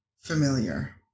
familiar